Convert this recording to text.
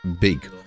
big